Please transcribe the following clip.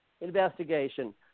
investigation